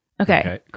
Okay